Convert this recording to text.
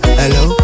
hello